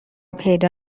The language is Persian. پیدا